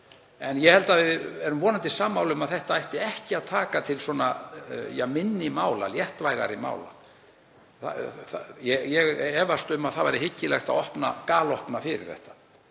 En við erum vonandi sammála um að þetta ætti ekki að taka til minni mála, léttvægari mála. Ég efast um að það væri hyggilegt að galopna fyrir þetta.